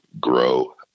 grow